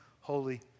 holy